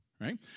Right